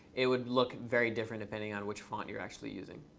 it would look very different depending on which font you're actually using.